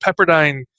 Pepperdine